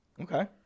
Okay